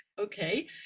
okay